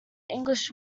english